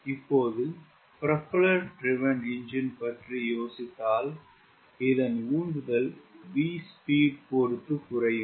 இப்போது propeller driven engine பற்றி யோசித்தால் இதன் உந்துதல் V speed பொறுத்து குறையும்